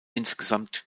insgesamt